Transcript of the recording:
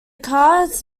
cards